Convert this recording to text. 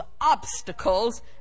obstacles